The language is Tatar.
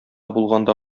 булганда